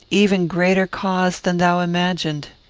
even greater cause than thou imaginedst.